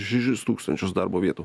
šešis tūkstančius darbo vietų